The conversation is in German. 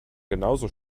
genauso